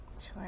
Sure